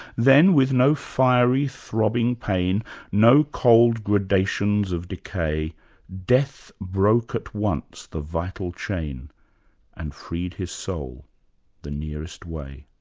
then, with no fiery, throbbing pain no cold gradations of decay death broke at once the vital chain and freed his soul the nearest way.